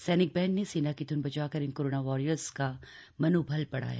सैनिक बैंड ने सेना की ध्न बजाकर इन कोरोना वॉरियर्स का मनोबल बढ़ाया